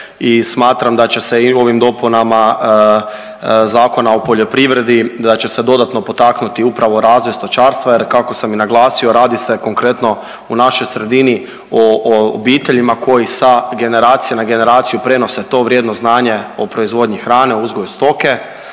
i smatram da će se i ovim dopunama Zakona o poljoprivredi da će se dodatno potaknuti upravo razvoj stočarstva jer kako sam i naglasio radi se konkretno u našoj sredini o obiteljima koji se generacija na generaciju prenose to vrijedno znanje o proizvodnji hrane, uzgoju stoke,